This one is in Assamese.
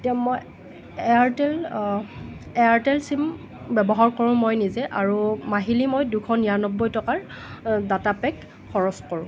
এতিয়া মই এয়াৰটেল এয়াৰটেল ছিম ব্যৱহাৰ কৰোঁ মই নিজে আৰু মাহিলী মই দুশ নিৰান্নব্বৈ টকাৰ ডাটা পেক খৰচ কৰোঁ